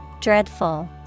Dreadful